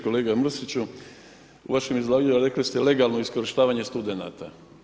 Kolega Mrsiću, u vašem izlaganju rekli ste legalno iskorištavanje studenata.